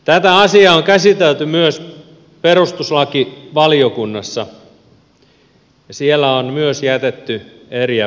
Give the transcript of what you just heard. tätä asiaa on käsitelty myös perustuslakivaliokunnassa ja siellä on myös jätetty eriävä mielipide